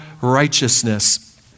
righteousness